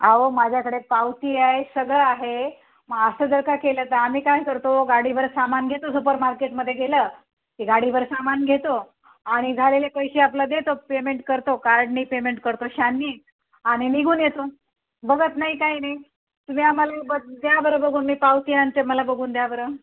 अहो माझ्याकडे पावती आहे सगळं आहे मग असं जर का केलं तर आम्ही काय करतो गाडीभर सामान घेतो सुपरमार्केटमध्ये गेलं की गाडीभर सामान घेतो आणि झालेले पैसे आपलं देतो पेमेंट करतो कार्डनी पेमेंट करतो शाननी आणि निघून येतो बघत नाही काही नाही तुम्ही आम्हाला ब द्या बरं बघून मी पावती आणते मला बघून द्या बरं